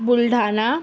Buldhana